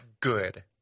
good